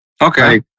Okay